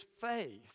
faith